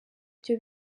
byo